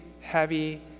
heavy